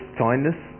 kindness